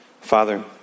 Father